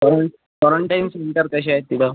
क्वारं quarantine centre कसे आहेत तिथं